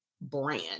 brand